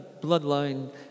bloodline